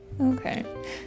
Okay